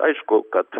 aišku kad